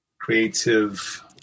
creative